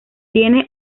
tiene